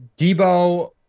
Debo